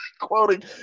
Quoting